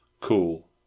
Cool